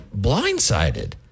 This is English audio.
blindsided